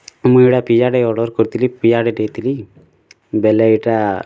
ମୁଇଁ ଗୁଟେ ପିଜାଟେ ଅର୍ଡ଼ର୍ କରିଥିଲି ଦେଇଥିଲି ବେଲେ ଏଇଟା